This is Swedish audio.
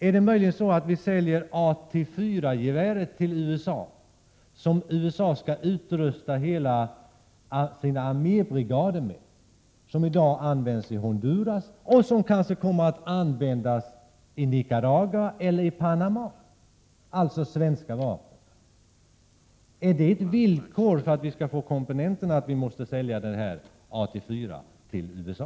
Är det möjligen så att vi säljer det svenska AT4-geväret, som USA skall utrusta alla sina armébrigader med? Det används i dag i Honduras och kommer kanske att användas också i Nicaragua eller Panama. Är försäljningen härav ett villkor för att vi skall få JAS-komponenterna?